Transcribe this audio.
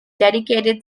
dedicated